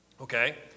Okay